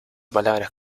palabras